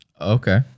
Okay